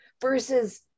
versus